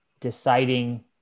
deciding